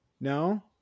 No